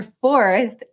fourth